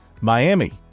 Miami